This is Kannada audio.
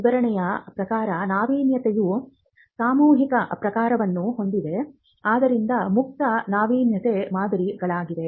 ವಿವರಣೆಯ ಪ್ರಕಾರ ನಾವೀನ್ಯತೆಯು ಸಾಮೂಹಿಕ ಪಾತ್ರವನ್ನು ಹೊಂದಿದೆ ಆದ್ದರಿಂದ ಮುಕ್ತ ನಾವೀನ್ಯತೆ ಮಾದರಿಗಳಿವೆ